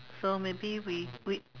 so maybe we we